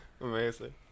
amazing